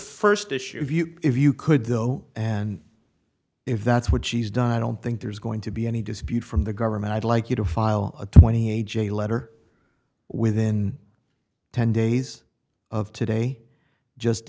first issue if you could though and if that's what she's done i don't think there's going to be any dispute from the government i'd like you to file a twenty a j letter within ten days of today just